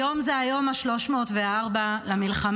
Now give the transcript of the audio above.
היום זה היום ה-304 למלחמה,